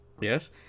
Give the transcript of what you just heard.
Yes